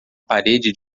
parede